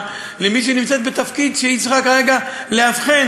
לבין מי שנמצאת בתפקיד שבו היא צריכה כרגע לאבחן,